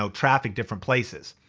so traffic different places.